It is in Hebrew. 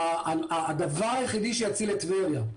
הדבר היחיד שיציל את טבריה,